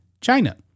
China